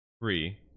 three